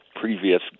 previous